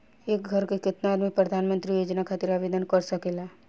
एक घर के केतना आदमी प्रधानमंत्री योजना खातिर आवेदन कर सकेला?